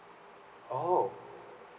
oh